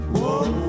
Whoa